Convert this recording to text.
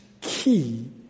key